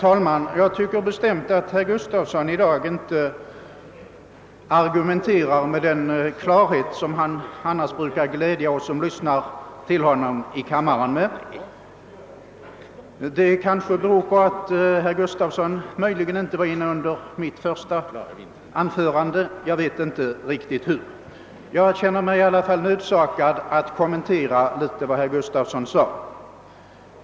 Herr talman! Herr Gustafson i Göteborg argumenterar i dag inte med den klarhet som han annars brukar glädja oss med när vi lyssnar till honom i kammaren. Det kanske beror på att herr Gustafson möjligen inte var inné i kammaren under mitt första anförande. Jag känner mig i alla fall nödsakad att något kommentera vad herr Gustafson sade.